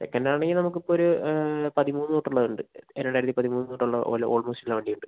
second ആണെങ്കിൽ നമുക്ക് ഇപ്പോൾ ഒരു പതിമൂന്ന് തൊട്ട് ഉള്ളത് ഉണ്ട് രണ്ടായിരത്തി പതിമൂന്ന് തൊട്ടുള്ള ഓൾ ഓൾമോസ്റ്റ് എല്ലാ വണ്ടി ഉണ്ട്